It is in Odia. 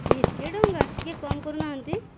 ଏତେ ଟଙ୍କା ଟିକେ କମ କରୁନାହାନ୍ତି